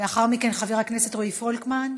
לאחר מכן, חבר הכנסת רועי פולקמן,